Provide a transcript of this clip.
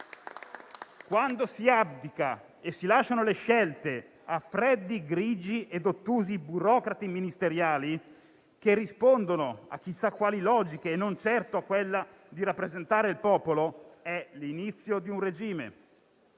Quando si abdica e si lasciano le scelte a freddi, grigi e ottusi burocrati ministeriali, che rispondono a chissà quali logiche e non certo a quella di rappresentare il popolo, è l'inizio di un regime.